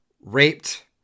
raped